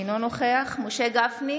אינו נוכח משה גפני,